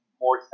more